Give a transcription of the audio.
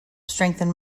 strengthen